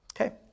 Okay